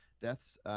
deaths